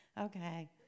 Okay